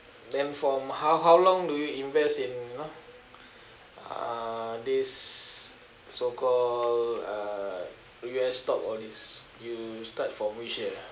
then from how how long do you invest in you know uh this so called uh U_S stock all these you start from which year